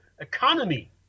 economy